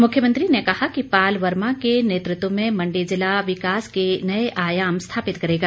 मुख्यमंत्री ने कहा कि पाल वर्मा के नेतृत्व में मण्डी जिला विकास के नये आयाम स्थापित करेगा